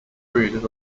breeders